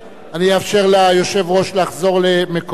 אני אאפשר ליושב-ראש לחזור למקומו.